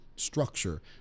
structure